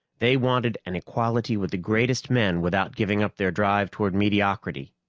they wanted an equality with the greatest men without giving up their drive toward mediocrity,